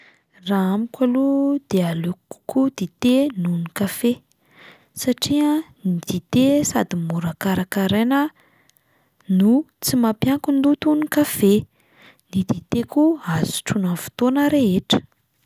Raha amiko aloha de aleoko kokoa dite noho ny kafe satria ny dite sady mora karakaraina no tsy mampiankin-doha toy ny kafe, ny dite koa azo sotroina amin'ny fotoana rehetra.